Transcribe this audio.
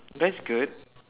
that's good